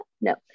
no